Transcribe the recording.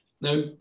Now